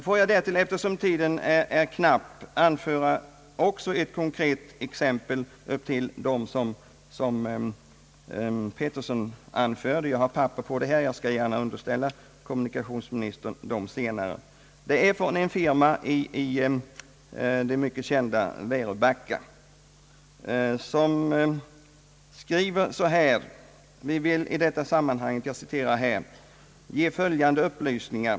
Får jag därtill eftersom tiden är knapp anföra bara ett konkret exempel till dem som herr Petersson tidigare anfört. Jag har papper på det här. Jag skall gärna tillställa kommunikationsministern dem senare. Det är ett brev från en firma i det mycket kända Väröbacka, som skriver att den vill ge följande upplysningar.